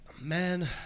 Man